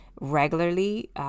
regularly